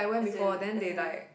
as in as in